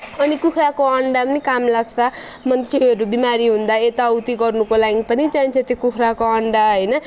अनि कुखुराको अन्डा पनि काम लाग्छ मान्छेहरू बिमारी हुँदा यताउति गर्नुको लागि पनि चाहिन्छ त्यो कुखुराको अन्डा होइन